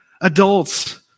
Adults